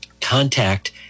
contact